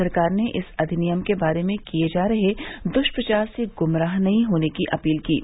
सरकार ने इस अधिनियम के बारे में किये जा रहे दुष्प्रचार से गुमराह नहीं होने की अपील की है